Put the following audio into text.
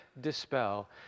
dispel